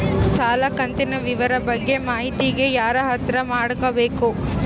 ಸಾಲ ಕಂತಿನ ವಿವರ ಬಗ್ಗೆ ಮಾಹಿತಿಗೆ ಯಾರ ಹತ್ರ ಮಾತಾಡಬೇಕು?